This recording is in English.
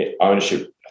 ownership